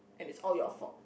and it's all your fault